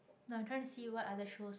no I'm trying to see what other shows